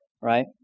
right